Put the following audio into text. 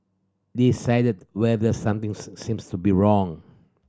decide whether something seems to be wrong